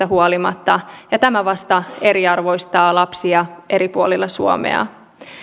huolimatta tämä vasta eriarvoistaa lapsia eri puolilla suomea